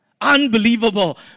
Unbelievable